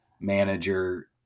manager